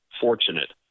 fortunate